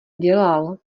dělal